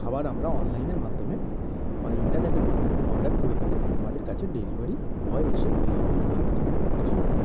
খাবার আমরা অনলাইনের মাধ্যমে বা ইন্টারনেটের মাধ্যমে অর্ডার করে দিলে আমাদের কাছে ডেলিভারি বয় এসে ডেলিভারি দিয়ে যায় খাওয়ারটা